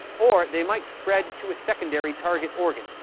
or, they might spread to a secondary target organ,